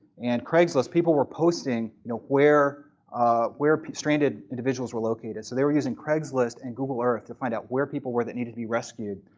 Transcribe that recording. and on craigslist people were posting you know where where stranded individuals were located. they were using craigslist and google earth to find out where people were that needed to be rescued.